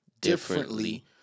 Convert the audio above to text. Differently